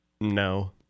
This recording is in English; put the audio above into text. No